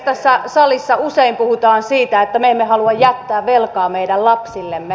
tässä salissa usein puhutaan siitä että me emme halua jättää velkaa meidän lapsillemme